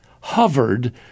hovered